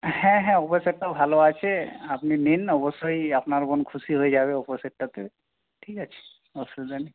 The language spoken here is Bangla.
হ্যাঁ হ্যাঁ ওপ্পো সেটটাও ভালো আছে আপনি নিন অবশ্যই আপনার বোন খুশি হয়ে যাবে ওপ্পো সেটটাতে ঠিক আছে আসুবিধা নেই